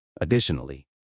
Additionally